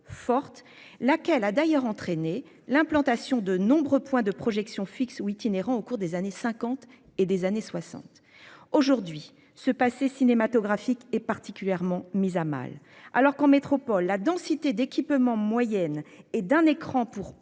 forte, laquelle a d'ailleurs entraîné l'implantation de nombreux points de projection fixes ou itinérants au cours des années 50 et des années 60. Aujourd'hui ce passé cinématographique est particulièrement mise à mal alors qu'en métropole, la densité d'équipements moyenne et d'un écran pour